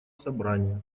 собрания